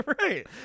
right